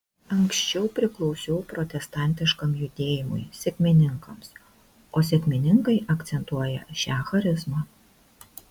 anksčiau priklausiau protestantiškam judėjimui sekmininkams o sekmininkai akcentuoja šią charizmą